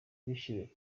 bishimiye